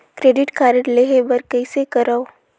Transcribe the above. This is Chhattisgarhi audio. क्रेडिट कारड लेहे बर कइसे करव?